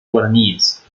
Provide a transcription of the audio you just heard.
guaraníes